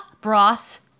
broth